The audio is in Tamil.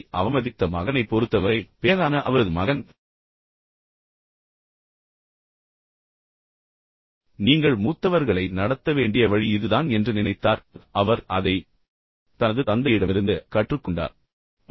தனது தந்தையை அவமதித்த மகனைப் பொறுத்தவரை பேரனான அவரது மகன் நீங்கள் மூத்தவர்களை நடத்த வேண்டிய வழி இதுதான் என்று உண்மையில் நினைத்தார் அவர் அதை தனது தந்தையிடமிருந்து கற்றுக்கொண்டார்